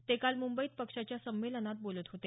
ते काल मुंबईत पक्षाच्या संमेलनात बोलत होते